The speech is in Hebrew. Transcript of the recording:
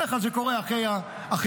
בדרך כלל זה קורה אחרי המשפט,